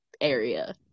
area